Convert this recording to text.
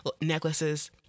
necklaces